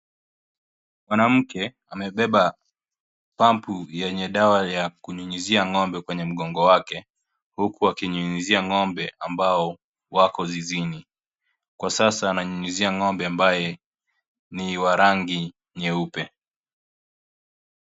Mwanamke amebeba pampu yenye dawa ya kunyunyuzia ngombe kwenye mgongo wake huku akinyunyuzia ngombe ambao wako zizini, kwa sasa ananyunyuzia ngombe ambaye ni wa rangi nyeupe.